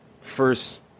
first